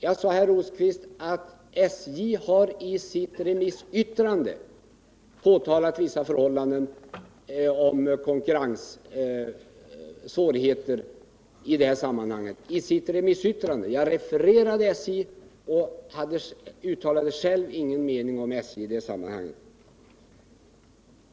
Jag sade, herr Rosqvist, att SJ i sitt remissyttrande påtalat konkurrenssvårigheter i det här sammanhanget — alltså i sitt remissyttrande. Jag refererade SJ:s yttrande och uttalade själv ingen mening om SJ i det sammanhanget.